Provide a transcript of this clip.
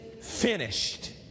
finished